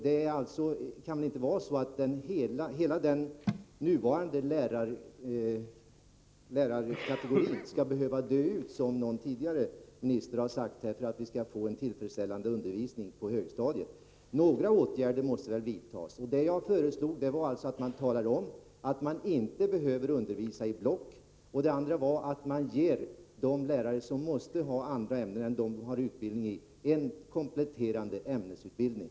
Det kan väl inte vara så, att hela den nuvarande lärarkåren skall behöva dö ut —- som någon tidigare minister har sagt — för att vi skall få en tillfredsställande undervisning på grundskolans högstadium. Några åtgärder måste väl vidtas, och jag föreslog alltså att man talar om att lärarna inte behöver undervisa i block samt att man ger de lärare som måste undervisa i andra ämnen än dem de har utbildning i, en kompletterande ämnesutbildning.